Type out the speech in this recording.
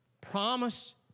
Promise